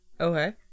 Okay